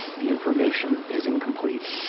the information is incomplete,